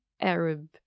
Arab